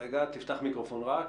תפתח מיקרופון.